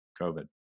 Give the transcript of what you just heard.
COVID